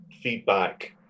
feedback